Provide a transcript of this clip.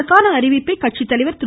இதற்கான அறிவிப்பை கட்சித் தலைவர் திரு